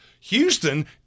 Houston